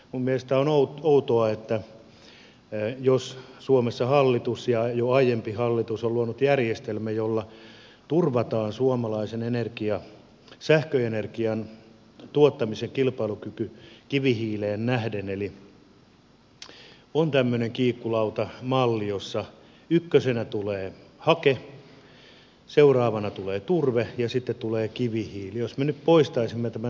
minun mielestäni on outoa että jos suomessa jo aiempi hallitus on luonut järjestelmän jolla turvataan suomalaisen sähköenergian tuottamisen kilpailukyky kivihiileen nähden eli on tämmöinen kiikkulautamalli jossa ykkösenä tulee hake seuraavana tulee turve ja sitten tulee kivihiili niin me nyt poistaisimme tämän turpeen tästä kiikkulautamallista